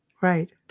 Right